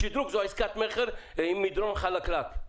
שדרוג זו עסקת מכר עם מדרון חלקלק.